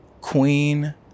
Queen